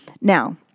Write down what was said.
Now